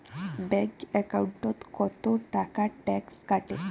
Bank একাউন্টত কতো টাকা ট্যাক্স কাটে?